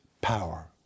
power